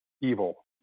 evil